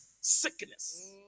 sickness